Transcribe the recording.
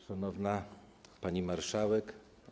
Szanowna Pani Marszałek!